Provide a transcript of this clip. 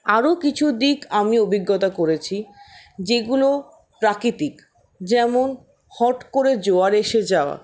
আরও কিছু দিক আমি অভিজ্ঞতা করেছি যেগুলো প্রাকৃতিক যেমন হট করে জোয়ার এসে যাওয়া